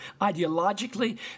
ideologically